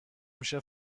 میشه